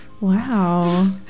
Wow